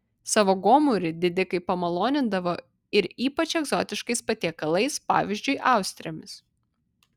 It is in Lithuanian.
savo gomurį didikai pamalonindavo ir ypač egzotiškais patiekalais pavyzdžiui austrėmis